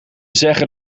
zeggen